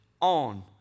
on